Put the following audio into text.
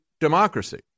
democracy